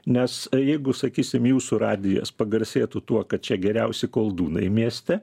nes jeigu sakysim jūsų radijas pagarsėtų tuo kad čia geriausi koldūnai mieste